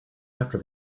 after